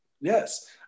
Yes